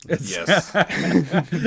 Yes